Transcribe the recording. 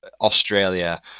Australia